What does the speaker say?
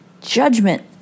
judgment